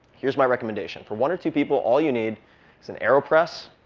here's my recommendation. for one or two people, all you need is an aeropress.